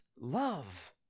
love